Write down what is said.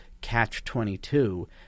catch-22